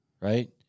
Right